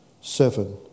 seven